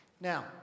Now